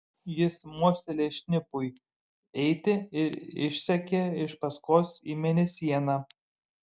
jis mostelėjo šnipui eiti ir išsekė iš paskos į mėnesieną